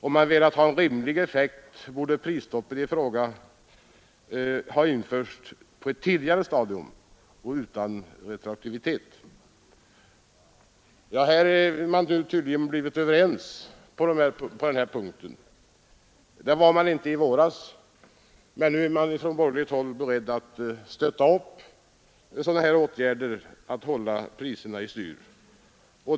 Om man velat ha en rimlig effekt borde prisstoppet i fråga om dessa varor ha införts på ett tidigare stadium utan retroaktivitet.” De borgerliga har tydligen blivit överens med oss på den punkten. Det var de inte i våras, men nu är man från borgerligt håll beredd att stödja sådana här åtgärder för att hålla priserna i styr.